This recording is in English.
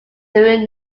during